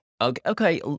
Okay